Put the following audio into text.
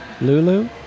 Lulu